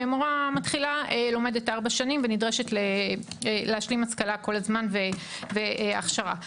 ומורה מתחילה לומדת ארבע שנים ונדרשת להשלים השכלה והכשרה כל הזמן.